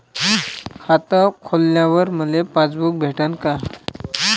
खातं खोलल्यावर मले पासबुक भेटन का?